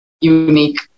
unique